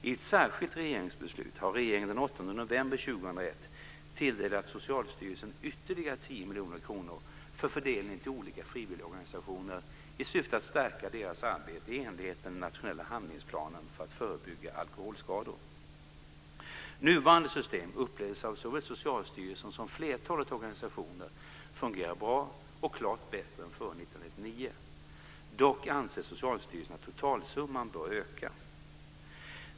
I ett särskilt regeringsbeslut har regeringen den 8 november 2001 tilldelat Socialstyrelsen ytterligare 10 miljoner kronor för fördelning till olika frivilligorganisationer i syfte att stärka deras arbete i enlighet med den nationella handlingsplanen för att förebygga alkoholskador. Nuvarande system upplevs av såväl Socialstyrelsen som flertalet organisationer fungera bra och klart bättre än före 1999. Dock anser Socialstyrelsen att totalsumman bör öka.